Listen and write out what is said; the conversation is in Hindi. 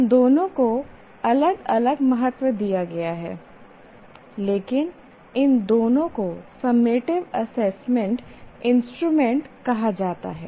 इन दोनों को अलग अलग महत्व दिया गया है लेकिन इन दोनों को सममेटिव एसेसमेंट इंस्ट्रूमेंट कहा जाता है